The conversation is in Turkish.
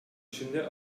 içinde